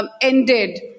Ended